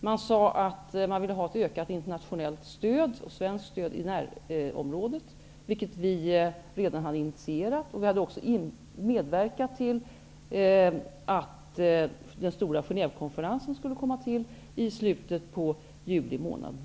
Man sade att man ville ha ett ökat internationellt och svenskt stöd i närområdet, vilket vi redan hade initierat. Vi hade också medverkat till att den stora Genèvekonferensen skulle komma till stånd i slutet av juli månad.